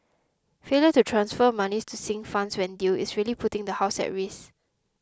failure to transfer monies to sinking funds when due is really putting the house at risk